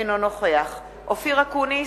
אינו נוכח אופיר אקוניס,